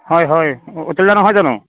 হয় হয় অতুলদা নহয় জানো